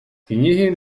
knihy